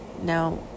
Now